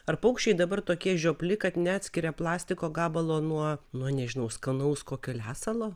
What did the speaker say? ar paukščiai dabar tokie žiopli kad neatskiria plastiko gabalo nuo nuo nežinau skanaus kokio lesalo